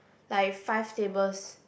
like five tables